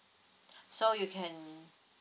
so you can